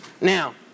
Now